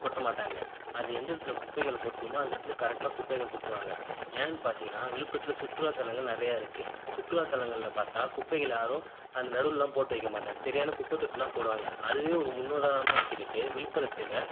கொட்டமாட்டாங்க அது எந்த இடத்தில் குப்பைகள் கொட்டணுமோ அந்த இடத்துல கரெக்ட்டாக குப்பைகள் கொட்டுவாங்க ஏன்னு பார்த்தீங்கன்னா விழுப்புரத்துல சுற்றுலாத்தலங்கள் நிறையா இருக்குது சுற்றுலாத்தலங்களில் பார்த்தா குப்பைகள் யாரும் அந்த நடுவுலெலாம் போட்டு வைக்க மாட்டாங்க சரியான குப்பை தொட்டியில்தான் போடுவாங்க அதுவே ஒரு முன்னுதாரணமாக எடுத்துக்கிட்டு விழுப்புரத்துல